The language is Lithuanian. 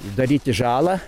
daryti žalą